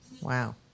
Wow